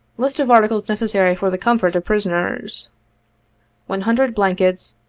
list of articles necessary for the comfort of prisoners one hundred blankets,